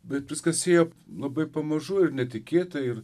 bet viskas ėjo labai pamažu ir netikėta ir